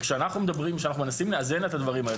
כאשר אנחנו מנסים לאזן את הדברים האלה,